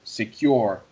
secure